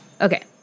okay